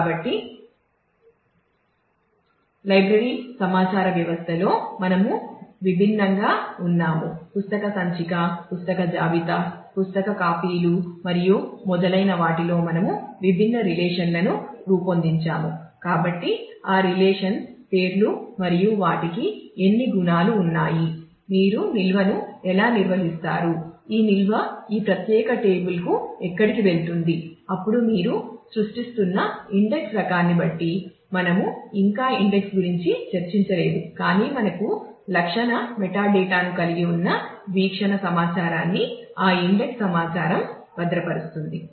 కాబట్టి లైబ్రరీ రకాన్ని బట్టి మనము ఇంకా ఇండెక్స్ గురించి చర్చించలేదు కానీ మనకు మెటాడేటా లక్షణము కలిగి ఉన్న వీక్షణ సమాచారాన్నిఆ ఇండెక్స్ సమాచారం భద్రపరుస్తుంది